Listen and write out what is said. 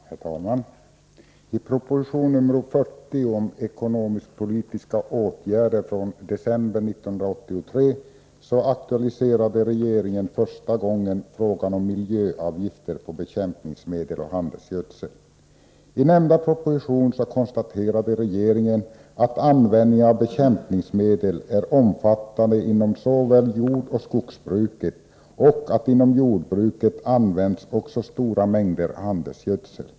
Herr talman! I proposition nr 40 om ekonomisk-politiska åtgärder från december 1983 aktualiserade regeringen första gången frågan om miljöavgifter på bekämpningsmedel och handelsgödsel. I nämnda proposition konstaterade regeringen att användningen av bekämpningsmedel är omfattande inom såväl jordsom skogsbruket och att inom jordbruket också används stora mängder handelsgödsel.